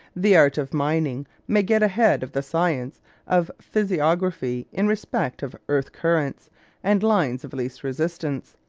the art of mining may get ahead of the science of physiography in respect of earth-currents and lines of least resistance,